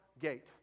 gate